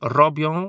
robią